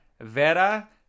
Vera